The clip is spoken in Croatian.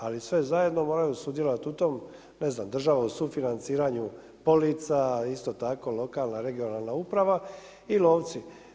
Ali svi zajedno moraju sudjelovati u tome, ne znam država u sufinanciranju polica, isto tako lokalne, regionalna uprava i lovci.